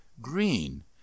Green